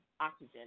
oxygen